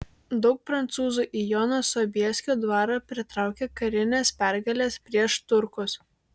daug prancūzų į jono sobieskio dvarą pritraukė karinės pergalės prieš turkus